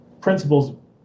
principles